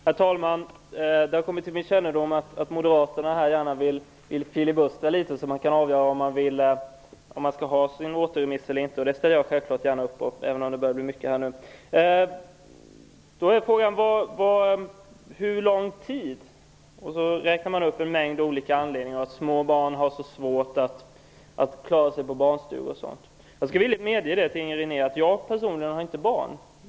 Herr talman! Det har kommit till min kännedom att Moderaterna gärna vill filibustra litet, så att man kan avgöra om man skall begära återremiss eller inte. Det ställer jag självfallet gärna upp på, även om det börjar bli mycket nu. Frågan var: Hur lång tid? Sedan räknas en mängd olika anledningar upp. Små barn har svårt att klara sig på barnstugor och liknande. Jag skall villigt medge för Inger René att jag personligen inte har barn.